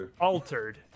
altered